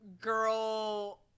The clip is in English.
girl